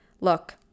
look